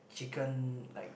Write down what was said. chicken like